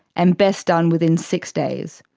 and best done within six days.